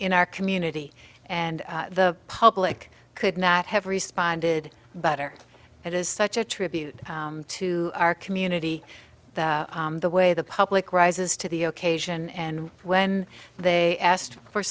in our community and the public could not have responded but or it is such a tribute to our community the way the public rises to the occasion and when they asked for